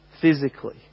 physically